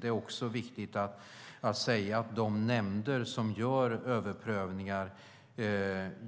Det är viktigt att säga att de nämnder som gör överprövningar